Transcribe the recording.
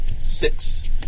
six